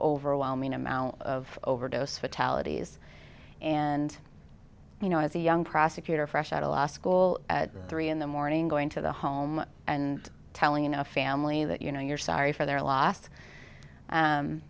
overwhelming amount of overdose fatalities and you know as a young prosecutor fresh out of law school at three in the morning going to the home and telling a family that you know you're sorry for their los